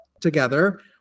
together